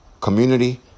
community